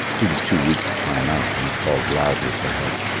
he was too weak to climb out, and he called loudly for help.